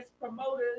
promoters